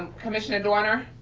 commissioner doerner?